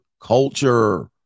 culture